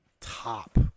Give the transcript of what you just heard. top